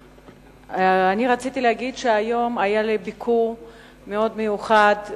אני רציתי להגיד שהיום היה לי ביקור מאוד מיוחד.